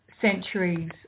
centuries